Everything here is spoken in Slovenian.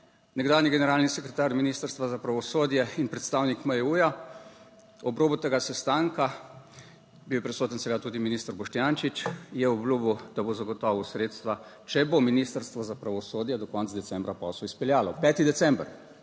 nekdanji generalni sekretar ministrstva za pravosodje in predstavnik MJU. Ob robu tega sestanka, bil je prisoten seveda tudi minister Boštjančič, je obljubil, da bo zagotovil sredstva, če bo Ministrstvo za pravosodje do konca decembra posel izpeljalo. 5. december,